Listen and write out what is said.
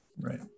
Right